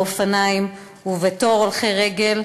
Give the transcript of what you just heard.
באופניים ובתור הולכי רגל,